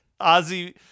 Ozzy